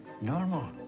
normal